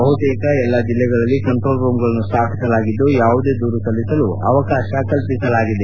ಬಹುತೇಕ ಎಲ್ಲ ಜಿಲ್ಲೆಗಳಲ್ಲಿ ಕಂಟೋಲ್ ರೂಮ್ಗಳನ್ನು ಸ್ಥಾಫಿಸಲಾಗಿದ್ದು ಯಾವುದೇ ದೂರು ಸಲ್ಲಿಸಲು ಅವಕಾಶ ಕಲ್ಪಿಸಲಾಗಿದೆ